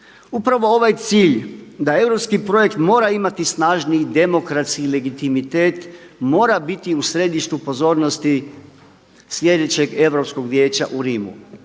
Upravo ovaj cilj da europski projekt mora imati snažniji demokratski legitimitet, mora biti u središtu pozornosti sljedećeg Europskog vijeća u Rimu,